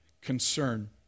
concern